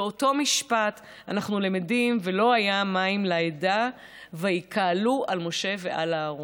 באותו משפט אנחנו למדים: "ולא היה מים לעדה ויקהלו על משה ועל אהרן".